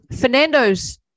Fernando's